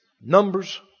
Numbers